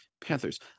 Panthers